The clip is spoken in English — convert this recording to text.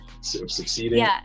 succeeding